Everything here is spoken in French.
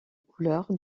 couleur